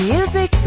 Music